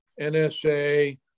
NSA